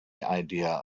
idea